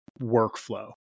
workflow